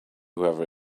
whoever